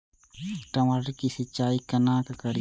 टमाटर की सीचाई केना करी?